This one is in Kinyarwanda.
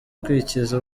kwikiza